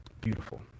beautiful